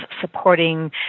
supporting